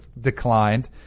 declined